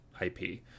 IP